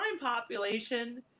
population